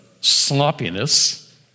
sloppiness